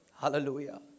Hallelujah